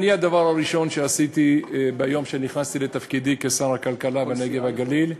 הדבר הראשון שעשיתי ביום שנכנסתי לתפקידי כשר הכלכלה והנגב והגליל,